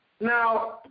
Now